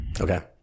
Okay